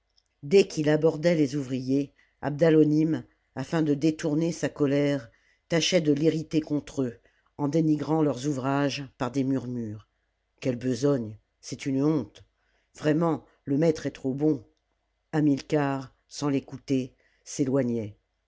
dès qu'il abordait les ouvriers abdalonim afin de détourner sa colère tâchait de l'irriter contre eux en dénigrant leurs ouvrages par des murmures duelle bespgne c'est une honte vraiment le maître est trop bon hamilcar sans l'écouter s'éloignait